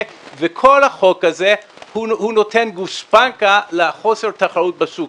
וכל החוק הזה נותן גושפנקה לחוסר תחרות בשוק.